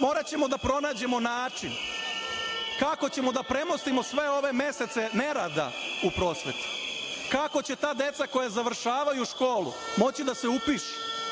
Moraćemo da pronađemo način kako ćemo da premostimo sve ove mesece nerada u prosveti, kako će ta deca koja završavaju školu moći da se upišu,